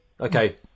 Okay